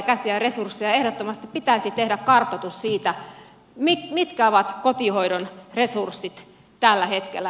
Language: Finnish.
ehdottomasti pitäisi tehdä kartoitus siitä mitkä ovat kotihoidon resurssit tällä hetkellä